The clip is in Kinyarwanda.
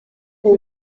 ubu